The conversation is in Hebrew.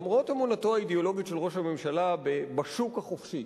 למרות אמונתו האידיאולוגית של ראש הממשלה בשוק החופשי,